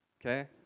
Okay